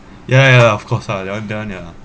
ya ya ya of course lah that one that one yeah